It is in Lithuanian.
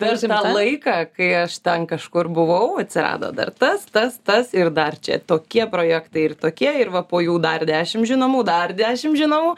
per tą laiką kai aš ten kažkur buvau atsirado dar tas tas tas ir dar čia tokie projektai ir tokie ir va po jų dar dešim žinomų dar dešim žinomų